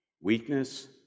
Weakness